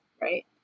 Right